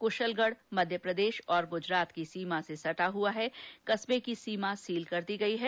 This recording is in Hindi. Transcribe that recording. कुशलगढ मध्यप्रदेश और गुजरात की सीमा से सटा हुआ है कस्बे की सीमा सील कर दी गई है